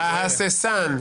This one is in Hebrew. ההססן,